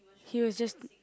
he were just